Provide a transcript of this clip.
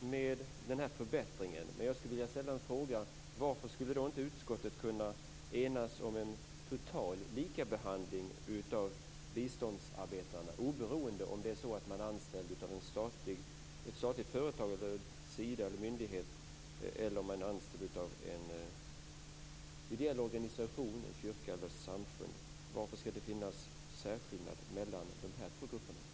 med den här förbättringen, men jag skulle vilja ställa en fråga: Varför skulle då inte utskottet kunna enas om en total likabehandling av biståndsarbetarna, oberoende av om man är anställd av ett statligt företag, Sida eller någon myndighet, eller om man är anställd av en ideell organisation, en kyrka eller ett samfund? Varför ska det finnas särskillnad mellan de här två grupperna?